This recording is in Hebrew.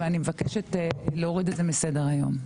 ואני מבקשת להוריד את זה מסדר היום.